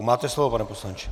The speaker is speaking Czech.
Máte slovo, pane poslanče.